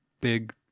big